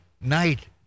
night